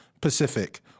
Pacific